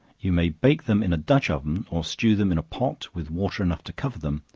you may bake them in a dutch-oven or stew them in a pot, with water enough to cover them,